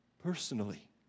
personally